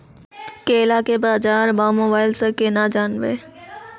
केला के बाजार भाव मोबाइल से के ना जान ब?